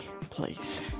please